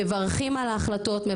מברכים על ההחלטות,